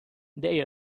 they